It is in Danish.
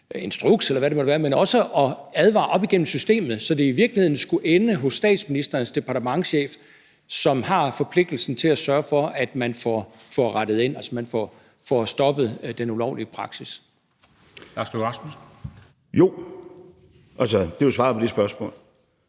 instruks, eller hvad det måtte være, men også at advare op igennem systemet, så det i virkeligheden skulle ende hos statsministerens departementschef, som har forpligtelsen til at sørge for, at man får rettet ind, altså at man får stoppet den ulovlige praksis? Kl. 15:37 Formanden (Henrik Dam Kristensen):